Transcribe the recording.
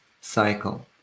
cycle